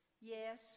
Yes